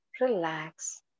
Relax